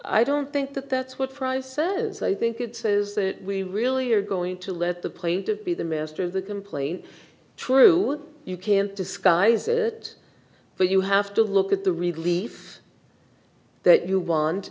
i don't think that that's what fries serves i think it says that we really are going to let the plaintiff be the master of the complaint true you can't disguise it but you have to look at the relief that you want